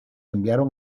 enviaron